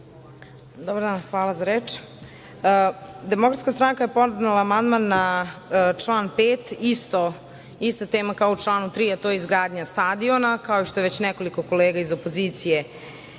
Dobar dan, hvala za reč. Demokratska stranka je podnela amandman na član 5, ista tema kao u članu 3, a to je izgradnja stadiona, kao što je već nekoliko kolega iz opozicije